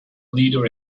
leader